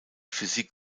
physik